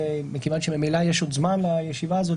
מכיוון שממילא יש עוד זמן לישיבה הזאת